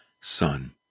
Son